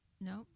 No